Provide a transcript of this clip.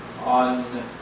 on